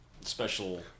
special